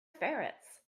ferrets